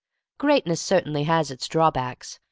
greatness certainly has its drawbacks,